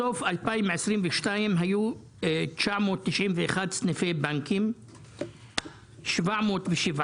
בסוף 2022 היו 991 סניפי בנקים; 707